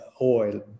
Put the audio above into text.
oil